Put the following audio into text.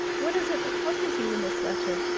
what is it that puzzles you in this letter?